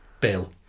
Bill